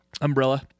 umbrella